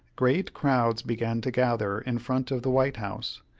great crowds began to gather in front of the white house,